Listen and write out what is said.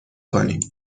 کنیم